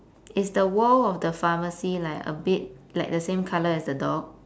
is the wall of the pharmacy like a bit like the same colour as the door